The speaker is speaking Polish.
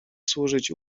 służyć